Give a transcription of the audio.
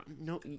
no